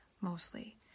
mostly